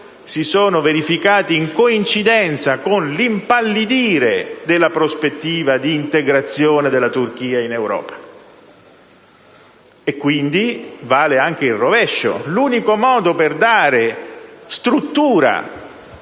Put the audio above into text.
si sono verificati in coincidenza con l'impallidire della prospettiva di integrazione della Turchia in Europa. Vale quindi anche il rovescio: l'unico modo per dare struttura